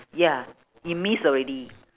ya you miss already